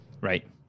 right